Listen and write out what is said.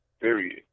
period